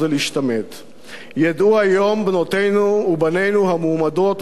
ידעו היום בנותינו ובנינו המועמדות והמועמדים לשירות צבאי,